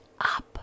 up